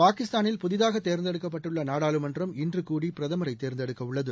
பாகிஸ்தானில் புதிதாக தேர்ந்தெடுக்கப்பட்டுள்ள நாடாளுமன்றம் இன்று கூடி பிரதமரை தேர்ந்தெடுக்கவுள்ளது